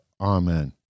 Amen